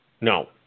No